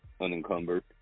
unencumbered